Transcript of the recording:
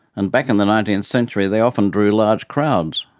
and back in the nineteenth century they often drew large crowds.